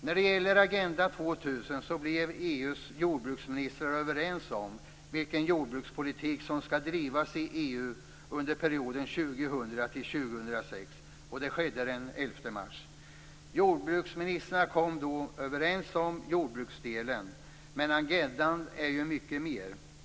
När det gäller Agenda 2000 blev EU:s jordbruksministrar överens om vilken jordbrukspolitik som skall drivas i EU under perioden 2000-2006. Det skedde den 11 mars. Jordbruksministrarna kom då överens om jordbruksdelen, men agendan innebär mycket mer.